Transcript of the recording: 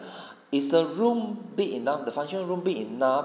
is the room big enough the function room big enough